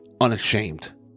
unashamed